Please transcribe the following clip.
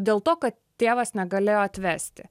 dėl to kad tėvas negalėjo atvesti